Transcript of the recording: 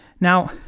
Now